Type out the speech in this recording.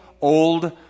old